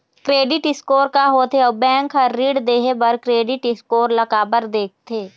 Credit score का होथे अउ बैंक हर ऋण देहे बार क्रेडिट स्कोर ला काबर देखते?